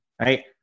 right